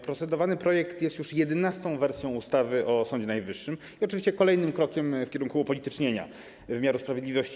Procedowany projekt jest już 11. wersją ustawy o Sądzie Najwyższym i oczywiście kolejnym krokiem w kierunku upolitycznienia wymiaru sprawiedliwości.